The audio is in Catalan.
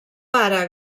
pare